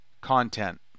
content